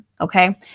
okay